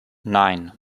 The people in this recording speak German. nein